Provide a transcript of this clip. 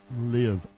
live